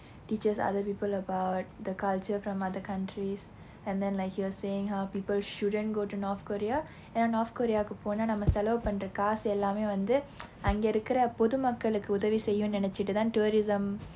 teachers other people about the culture from other countries and then like he was saying how people shouldn't go to north korea ஏனா:aenaa north korea க்கு போனா நம்ம சிலவு பண்ற காசு எல்லாமே வந்து அங்க இருக்கிற பொது மக்களுக்கு உதவி செய்யும் நினைச்சுட்டு தான்:kku ponaa namma silavu pandra kaasu ellaame vanthu anga irukkira pothu makkalukku uthavi seyyum ninaichuttu thaan tourism